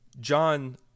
John